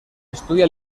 estudia